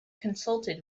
consulted